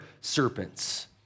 serpents